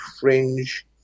fringe